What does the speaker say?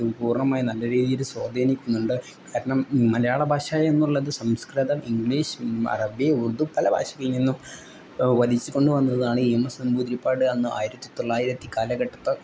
പൂർണ്ണമായി നല്ല രീതിയിൽ സ്വാധീനിക്കുന്നുണ്ട് കാരണം മലയാള ഭാഷ എന്നുള്ളത് സംസ്കൃതം ഇംഗ്ലീഷ് അറബി ഉർദു പല ഭാഷയിൽനിന്നും വലിച്ച് കൊണ്ട് വന്നതാണ് ഈ എമ് എസ് നമ്പൂതിരിപ്പാട് അന്ന് ആയിരത്തി തൊള്ളായിരത്തി കാലഘട്ടത്ത്